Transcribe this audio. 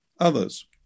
others